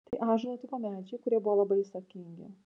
tai ąžuolo tipo medžiai kurie buvo labai sakingi